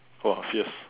!wah! fierce